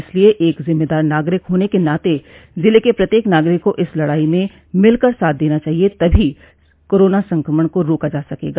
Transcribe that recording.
इसलिए एक जिम्मेदार नागरिक होने के नाते जिले के प्रत्येक नागरिक को इस लड़ाई में मिलकर साथ देना चाहिए तभी कोरोना संक्रमण को रोका जा सकेगा